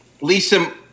Lisa